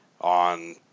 on